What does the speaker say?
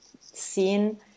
seen